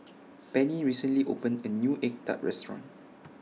Penni recently opened A New Egg Tart Restaurant